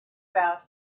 about